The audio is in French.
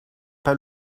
pas